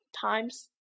times